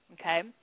Okay